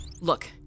Look